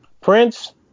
Prince